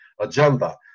agenda